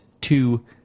two